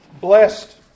blessed